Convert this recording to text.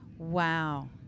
Wow